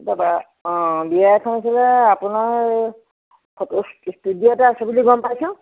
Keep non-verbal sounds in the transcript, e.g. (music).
(unintelligible) অঁ বিয়া এখন আছিল আপোনাৰ এই ফটো ষ্টু ষ্টুডিঅ' এটা আছে বুলি গম পাইছোঁ